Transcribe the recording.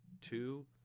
two